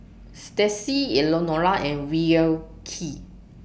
Stacie Elenora and Wilkie